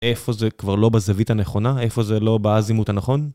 איפה זה כבר לא בזווית הנכונה? איפה זה לא באזימוט הנכון?